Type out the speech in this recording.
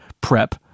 prep